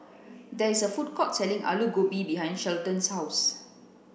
there is a food court selling Aloo Gobi behind Shelton's house